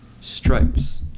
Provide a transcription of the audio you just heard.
stripes